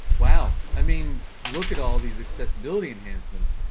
wow. i mean, look at all these accessibility enhancements.